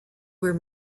were